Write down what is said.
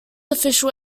official